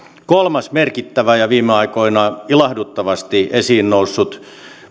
kolmas merkittävä ja viime aikoina ilahduttavasti esiinnoussut